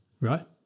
right